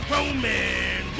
Roman